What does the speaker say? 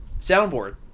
Soundboard